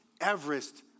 Everest